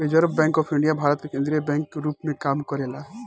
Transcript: reserve bank of India Bharat के केंद्रीय bank के रूप में काम करेला